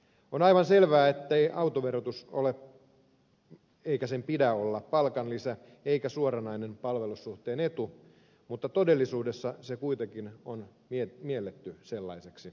on aivan selvää ettei autoverotus ole eikä sen pidä olla palkanlisä eikä suoranainen palvelussuhteen etu mutta todellisuudessa se kuitenkin on mielletty sellaiseksi etuudeksi